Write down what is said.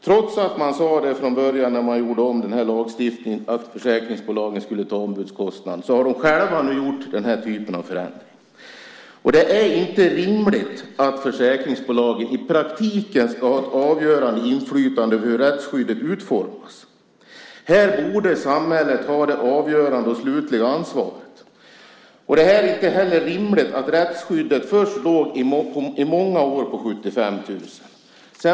Trots att man från början när man gjorde om lagstiftningen sade att försäkringsbolagen skulle ta ombudskostnaderna har de själva gjort den här typen av förändring. Det är inte rimligt att försäkringsbolagen i praktiken ska ha ett avgörande inflytande över hur rättsskyddet utformas. Här borde samhället ta det avgörande och slutliga ansvaret. Det är inte heller rimligt att rättsskyddet i många år låg på 75 000 kronor.